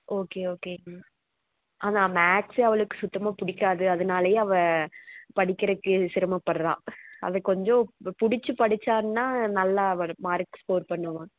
okay ஓகேங்க அதுதான் maths அவளுக்கு சுத்தமாக பிடிக்காது அதனாலையே அவள் படிக்கிறக்கு சிரமப்படுறா அது கொஞ்சம் பிடிச்சி படிச்சான்னால் நல்லா வரும் மார்க் ஸ்கோர் பண்ணுவாள்